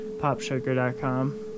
popsugar.com